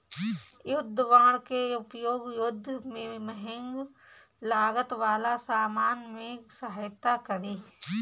युद्ध बांड के उपयोग युद्ध में महंग लागत वाला सामान में सहायता करे